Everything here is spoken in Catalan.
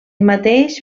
mateix